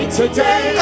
today